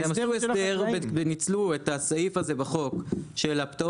ההסדר הוא הסדר וניצלו את הסעיף הזה בחוק של הפטור